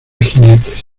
jinetes